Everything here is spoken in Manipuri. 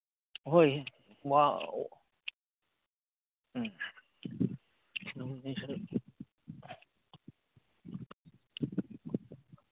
ꯍꯣꯏ ꯎꯝ